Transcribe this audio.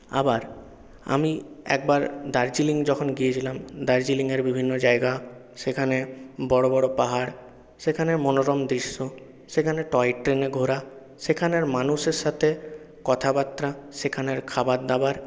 আবার আমি একবার দার্জিলিং যখন গিয়েছিলাম দার্জিলিংয়ের বিভিন্ন জায়গা সেখানে বড়ো বড়ো পাহাড় সেখানের মনোরম দৃশ্য সেখানে টয় ট্রেনে ঘোরা সেখানের মানুষের সাথে কথাবাত্রা সেখানের খাবারদাবার